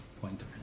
pointer